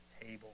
table